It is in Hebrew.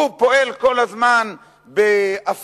הוא פועל כל הזמן באפליה,